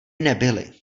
nebyly